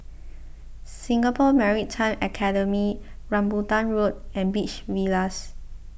Singapore Maritime Academy Rambutan Road and Beach Villas